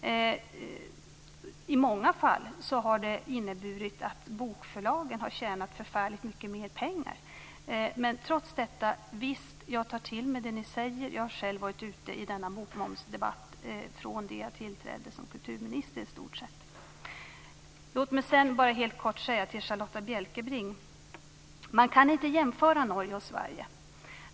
I många fall har det inneburit att bokförlaget har tjänat förfärligt mycket mer pengar. Trots detta tar jag till mig det ni säger. Jag har som sagt själv varit ute i bokmomsfrågan från det jag tillträdde som kulturminister. Låt mig helt kort säga till Charlotta Bjälkebring att man inte kan jämföra Norge och Sverige.